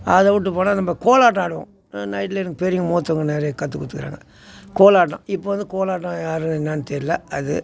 அதை விட்டு போனால் நம்ம கோலாட்டம் ஆடுவோம் நைட்டில் எனக்கு பெரிய மூத்தவங்க நிறைய கற்றுக் கொடுத்துருக்காங்க கோலாட்டம் இப்போ வந்து கோலாட்டம் யார் என்னென்னு தெரில அது